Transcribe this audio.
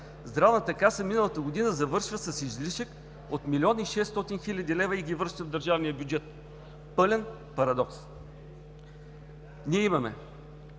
Здравната каса миналата година завършва с излишък от 1 млн. 600 хил. лв. и ги връща в държавния бюджет. Пълен парадокс! Ние имаме